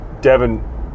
Devin